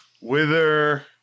Wither